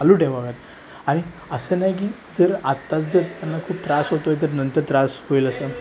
चालू ठेवाव्यात आणि असं नाही की जर आत्ताच जर त्यांना खूप त्रास होतो आहे तर नंतर त्रास होईल असं